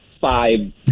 five